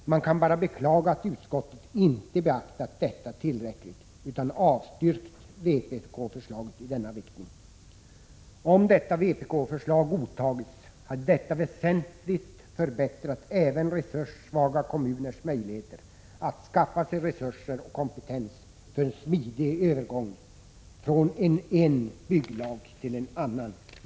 Man kan bara beklaga att utskottet inte beaktat detta tillräckligt utan avstyrkt vpk-förslaget i denna riktning. Om detta vpk-förslag godtagits, hade detta väsentligt förbättrat även resurssvaga kommuners möjligheter att skaffa sig resurser och kompetens för en smidig övergång från en bygglag till en annan. Fru talman!